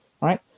Right